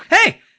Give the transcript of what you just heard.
Hey